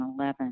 2011